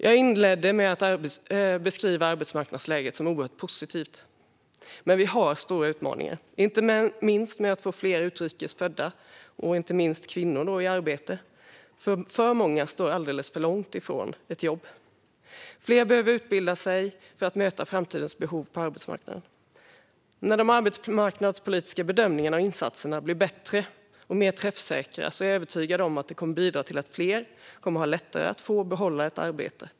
Jag inledde med att beskriva arbetsmarknadsläget som oerhört positivt. Men vi har stora utmaningar, inte minst när det gäller att få fler utrikes födda kvinnor i arbete. Alltför många står alldeles för långt bort från ett jobb. Fler behöver utbilda sig för att möta framtidens behov på arbetsmarknaden. När de arbetsmarknadspolitiska bedömningarna och insatserna blir bättre och mer träffsäkra är jag övertygad om att det kommer bidra till att fler kommer att ha lättare att få och behålla ett arbete.